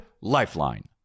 LIFELINE